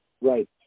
Right